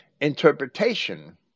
interpretation